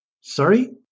Sorry